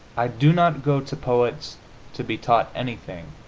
i do not go to poets to be taught anything,